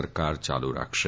સરકાર ચાલુ રાખશે